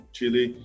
Chile